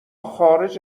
خارج